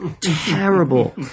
terrible